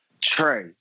Trey